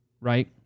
right